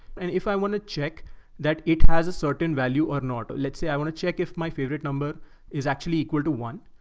and if i want to check that it has a certain value or not. let's say, i want to check if my favorite number is actually equal to one,